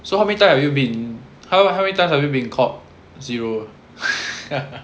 so how many times have you been how how many times have you been caught zero